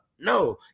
No